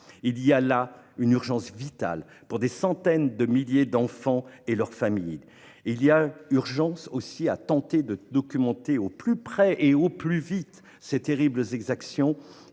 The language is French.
Il y a là une urgence vitale pour des centaines de milliers d'enfants et leurs familles. Il y a urgence aussi à tenter de documenter au plus près et au plus vite ces terribles